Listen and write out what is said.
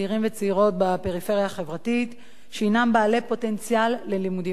בפריפריה החברתית שהינם בעלי פוטנציאל ללימודים אקדמיים.